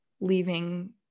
leaving